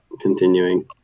continuing